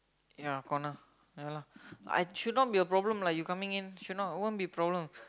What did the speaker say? ya corner ya lah I should not be a problem lah you coming in should not won't be problem